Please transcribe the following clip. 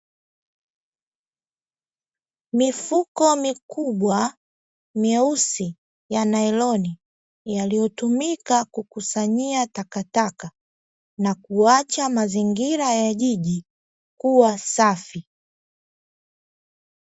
Mifuko mikubwa myeusi ya nailoni, yaliyotumika kukusanyia takataka na kuacha mazingira ya jiji kuwa safi.